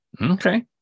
Okay